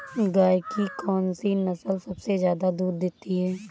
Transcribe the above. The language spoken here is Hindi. गाय की कौनसी नस्ल सबसे ज्यादा दूध देती है?